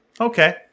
okay